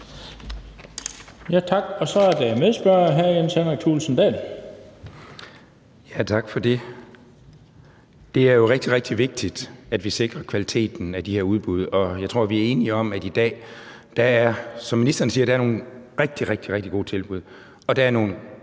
Henrik Thulesen Dahl. Kl. 15:51 Jens Henrik Thulesen Dahl (DF): Tak for det. Det er jo rigtig, rigtig vigtigt, at vi sikrer kvaliteten af de her udbud, og jeg tror, vi er enige om, at der, som ministeren siger, i dag er nogle rigtig, rigtig gode tilbud og nogle